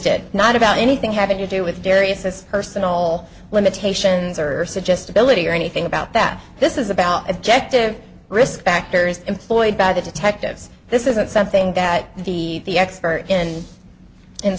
said not about anything having to do with various as personal limitations or suggestibility or anything about that this is about objective risk factors employed by the detectives this isn't something that the the expert in in